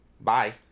Bye